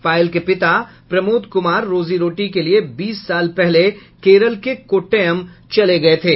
पायल के पिता प्रमोद कुमार रोजी रोटी के लिए बीस साल पहले केरल के कोट्टयम चले गये थे